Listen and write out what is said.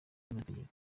y’amategeko